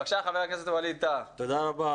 חבר הכנסת ווליד טאהא, בבקשה.